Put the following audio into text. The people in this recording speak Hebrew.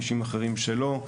אישים אחרים שלא,